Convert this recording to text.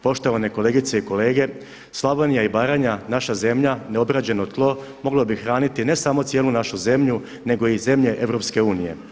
Poštovane kolegice i kolege Slavonija i Baranja naša zemlja, neobrađeno tlo moglo bi hraniti ne smo cijelu našu zemlju nego i zemlje EU.